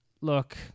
look